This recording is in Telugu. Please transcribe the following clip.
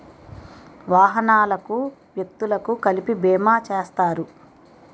వాహనాలకు వ్యక్తులకు కలిపి బీమా చేస్తారు